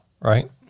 right